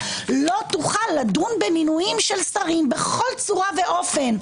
-- לא נגעו בו די עד עכשיו בכל הדיונים.